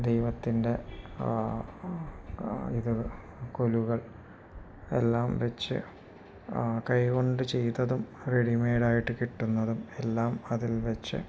ദൈവത്തിൻ്റെ ആ ഇത് കൊലുകൾ എല്ലാം വച്ചു കൈകൊണ്ടു ചെയ്തതും റെഡിമെയ്ഡായിട്ടു കിട്ടുന്നതും എല്ലാം അതിൽവച്ച്